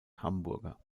hamburger